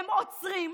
הם עוצרים,